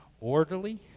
orderly